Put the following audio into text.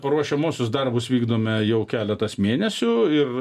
paruošiamuosius darbus vykdome jau keletas mėnesių ir